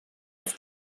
als